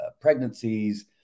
pregnancies